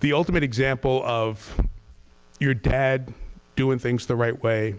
the ultimate example of your dad doing things the right way